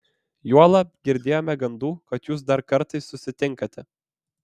juolab girdėjome gandų kad jūs dar kartais susitinkate